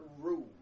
room